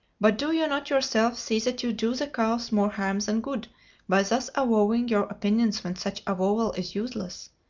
but do you not yourself see that you do the cause more harm than good by thus avowing your opinions when such avowal is useless?